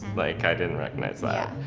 like i didn't recognize that.